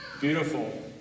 beautiful